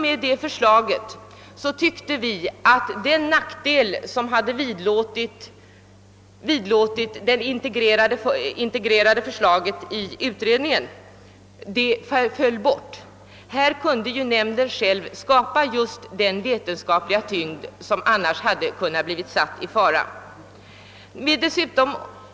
Med det förslaget tyckte vi att den nackdel som hade vidlådit förslaget om en integrerad forskningsnämnd i utredningen föll bort. Här kunde ju nämnden själv skapa just den vetenskapliga tyngd som annars hade kunnat bli åsidosatt.